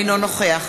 אינו נוכח